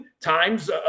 times